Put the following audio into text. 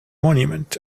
monument